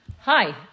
Hi